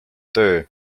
töö